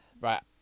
Right